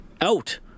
out